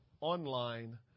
online